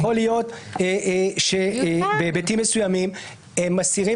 יכול להיות שבהיבטים מסוימים הם מסירים